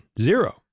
zero